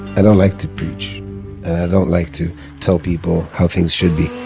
i don't like to preach, and i don't like to tell people how things should be.